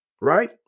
right